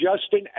Justin